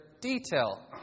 detail